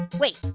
wait,